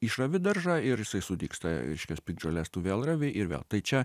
išravi daržą ir jisai sudygsta reiškias piktžolės tu vėl ravi ir vėl tai čia